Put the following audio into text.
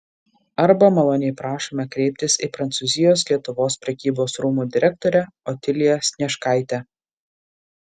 arba maloniai prašome kreiptis į prancūzijos lietuvos prekybos rūmų direktorę otiliją snieškaitę